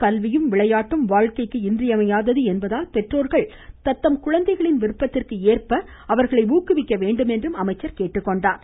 கல்வியும் விளையாட்டும் வாழ்க்கைக்கு இன்றியமையாதது என்பதால் பெற்றோர்கள் தம் குழந்தைகளின் விருப்பத்திற்கு ஏற்ப அவர்களை ஊக்குவிக்க வேண்டும் என்றும் கேட்டுக்கொண்டார்